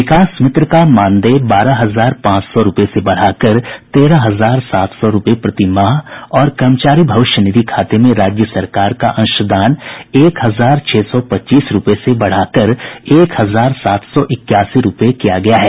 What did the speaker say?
विकास मित्र का मानदेय बारह हजार पांच सौ रूपये से बढ़ाकर तेरह हजार सात सौ रूपये प्रतिमाह और कर्मचारी भविष्य निधि खाते में राज्य सरकार का अंशदान एक हजार छह सौ पच्चीस रूपये से बढ़ाकर एक हजार सात सौ इक्यासी रूपये किया गया है